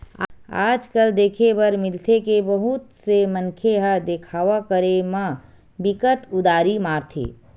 आज कल देखे बर मिलथे के बहुत से मनखे ह देखावा करे म बिकट उदारी मारथे